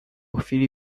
chwili